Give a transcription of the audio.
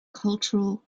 cultural